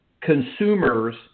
consumers